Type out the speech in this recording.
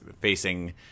facing